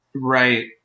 Right